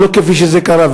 ולא כפי שזה קרה.